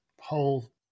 whole